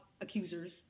accusers